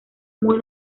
muy